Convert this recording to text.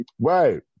Right